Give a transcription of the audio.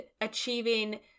achieving